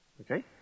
Okay